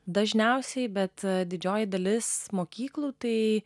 dažniausiai bet didžioji dalis mokyklų tai